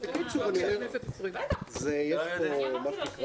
נראה לי.